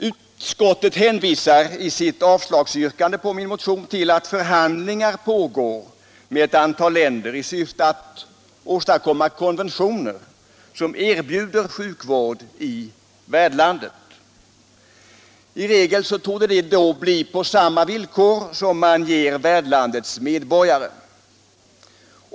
Utskottet hänvisar i sitt yrkande om avslag på min motion till att förhandlingar pågår med ett antal länder i syfte att åstadkomma konventioner som erbjuder sjukvård i värdlandet. I regel torde det då bli på samma villkor som erbjuds värdlandets medborgare.